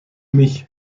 mich